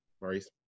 Maurice